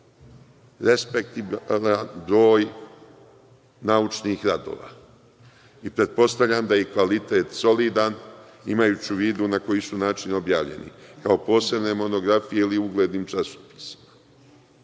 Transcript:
respektibilan broj naučnih radova i pretpostavljam da im je kvalitet solidan, imajući u vidu na koji su način objavljeni, kao posebne monografije ili u uglednim časopisima. Zato